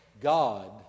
God